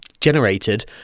generated